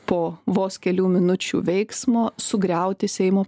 po vos kelių minučių veiksmo sugriauti seimo